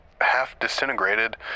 half-disintegrated